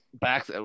back